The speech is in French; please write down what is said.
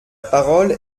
parole